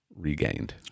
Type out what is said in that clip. regained